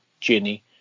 Ginny